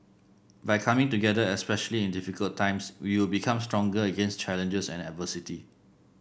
by coming together especially in difficult times we will become stronger against challenges and adversity